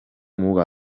muga